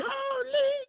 Holy